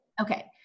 Okay